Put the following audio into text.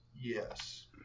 yes